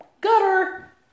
gutter